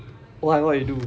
why what you do